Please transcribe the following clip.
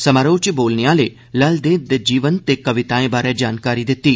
समारोह च बोलने आलें लल देद दे जीवन ते कविताएं बारै जानकारी दिती